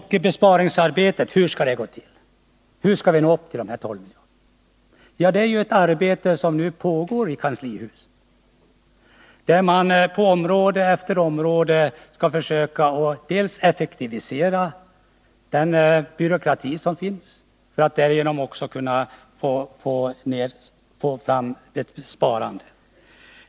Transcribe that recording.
Hur skall besparingsarbetet gå till? frågar Kjell-Olof Feldt. Hur skall vi nå till de 12 miljarderna? Det är ett arbete som nu pågår i kanslihuset, där man på område efter område skall försöka att effektivisera verksamheten, minska byråkratin — för att därigenom åstadkomma sparande.